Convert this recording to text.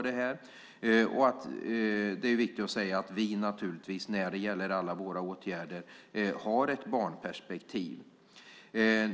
Det är viktigt att säga att vi naturligtvis har ett barnperspektiv; det gäller alla våra åtgärder.